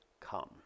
come